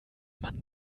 man